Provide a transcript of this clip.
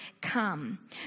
come